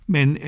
Men